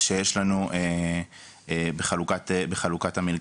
שיש לנו בחלוקת המלגות.